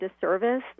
disservice